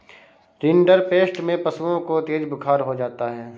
rinderpest में पशुओं को तेज बुखार हो जाता है